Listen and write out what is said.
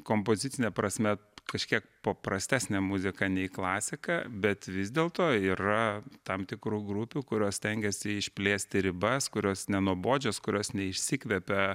kompozicine prasme kažkiek paprastesnė muzika nei klasika bet vis dėlto yra tam tikrų grupių kurios stengiasi išplėsti ribas kurios nenuobodžios kurios neišsikvepia